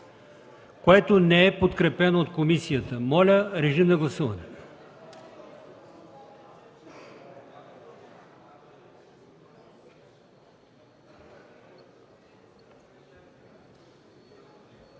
което не е подкрепено от комисията. Моля, режим на гласуване.